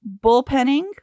bullpenning